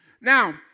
Now